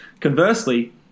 Conversely